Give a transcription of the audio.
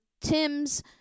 Tim's